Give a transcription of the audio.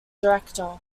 director